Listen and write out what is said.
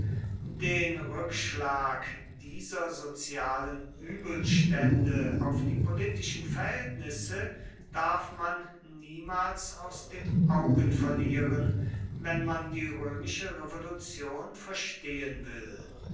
den rückschlag dieser sozialen übelstände auf die politischen verhältnisse darf man niemals aus den augen verlieren wenn man die römische revolution verstehen will